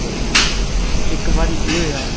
ते इक बारी एह् होएआ